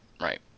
right